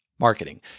marketing